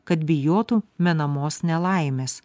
kad bijotų menamos nelaimės